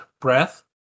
Breath